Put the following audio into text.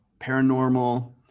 paranormal